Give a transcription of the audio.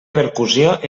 percussió